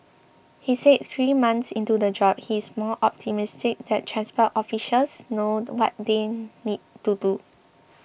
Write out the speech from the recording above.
he said three months into the job he is more optimistic that transport officials know what they need to do